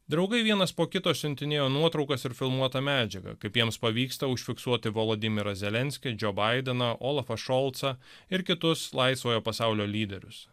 draugai vienas po kito siuntinėjo nuotraukas ir filmuotą medžiagą kaip jiems pavyksta užfiksuoti volodimirą zelenskį džo baideną olafą šulcą ir kitus laisvojo pasaulio lyderius